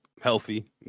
healthy